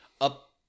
up